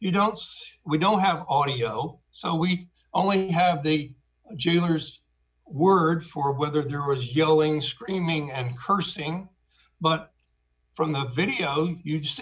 you don't we don't have audio so we only have the jeweller's word for whether there was yelling screaming and cursing but from the video you just